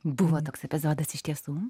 buvo toks epizodas iš tiesų